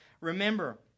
Remember